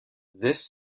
this